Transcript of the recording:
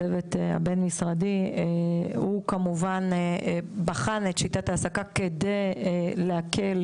הצוות הבין משרדי הוא כמובן בחן את שיטת ההעסקה כדי להקל